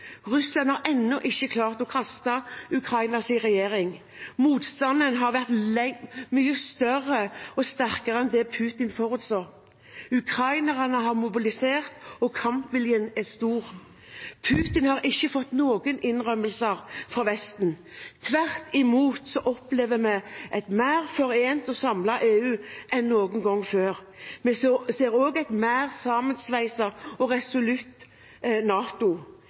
Russland har ennå ikke klart å kaste Ukrainas regjering. Motstanden har vært mye større og sterkere enn Putin forutså. Ukrainerne har mobilisert, og kampviljen er stor. Putin har ikke fått noen innrømmelser fra Vesten. Tvert imot opplever vi et mer forent og samlet EU enn noen gang før. Vi ser også et mer sammensveiset og resolutt NATO.